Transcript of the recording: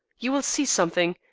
you will see something.